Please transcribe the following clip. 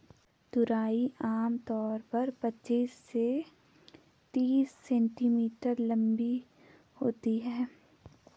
तुरई आम तौर पर पचीस से तीस सेंटीमीटर लम्बी होती है